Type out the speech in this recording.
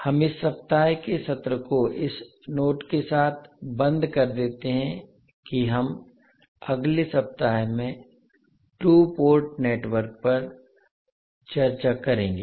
हम इस सप्ताह के सत्र को इस नोट के साथ बंद कर देते हैं कि हम अगले सप्ताह में 2 पोर्ट नेटवर्क पर चर्चा करेंगे